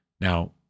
Now